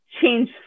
change